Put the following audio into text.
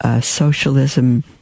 socialism